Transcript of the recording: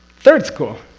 third school?